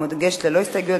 המוגשת ללא הסתייגויות,